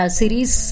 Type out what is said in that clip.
series